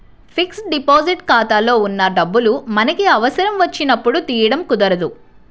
fixed deposit ఖాతాలో ఉన్న డబ్బులు మనకి అవసరం వచ్చినప్పుడు తీయడం కుదరదు